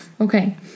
Okay